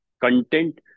content